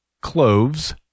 cloves